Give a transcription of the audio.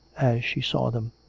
she saw them.